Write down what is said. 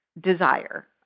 desire